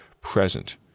present